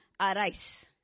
arise